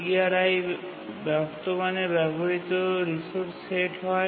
CRi বর্তমানে ব্যবহৃত resource set হয়